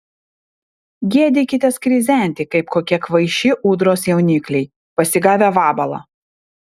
gėdykitės krizenti kaip kokie kvaiši ūdros jaunikliai pasigavę vabalą